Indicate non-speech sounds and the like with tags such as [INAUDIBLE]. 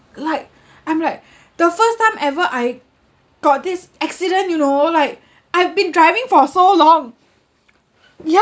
like I'm like the first time ever I got this accident you know like I've been driving for so long [NOISE]